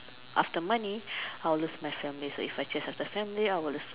after money I will lose family after family I will have to lose money